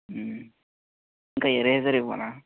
ఇంక ఎరేజర్ ఇవ్వరా